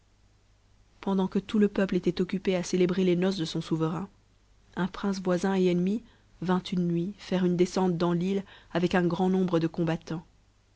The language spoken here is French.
pendant que tout le peuple était occupé à célébrer les noces de son souverain un prince voisin et ennemi vint une nuit faire une descente dans t'îte avec un grand nombre de combattants